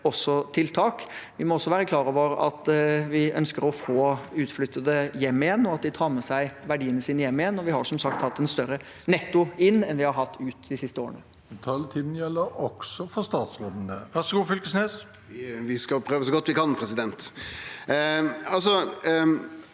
Vi må også være klar over at vi ønsker å få utflyttede hjem igjen, og at de tar med seg verdiene sine hjem igjen. Vi har, som sagt, (presidenten klubber) hatt en større netto inn enn vi har hatt netto ut de siste årene.